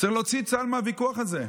צריך להוציא את צה"ל מהוויכוח הזה.